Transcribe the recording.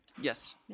Yes